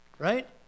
Right